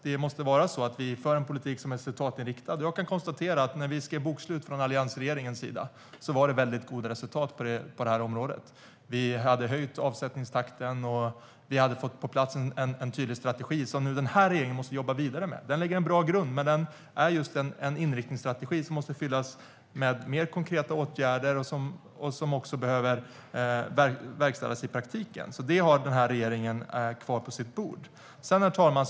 Vi måste föra en politik som är resultatinriktad, och jag kan konstatera att när vi skrev bokslut från alliansregeringens sida var det mycket goda resultat på detta område. Vi hade höjt avsättningstakten, och vi hade fått en tydlig strategi på plats som den här regeringen måste jobba vidare med. Den lägger en bra grund, men det är just en inriktningsstrategi som måste fyllas med mer konkreta åtgärder. Den behöver också verkställas i praktiken. Det har den här regeringen kvar på sitt bord. Herr talman!